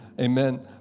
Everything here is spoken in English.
amen